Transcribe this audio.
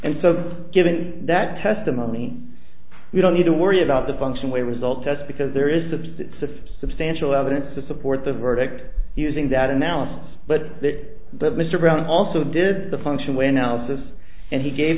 and so given that testimony we don't need to worry about the function way result test because there is of that sifts of stansell evidence to support the verdict using that analysis but that mr brown also did the function when else and he gave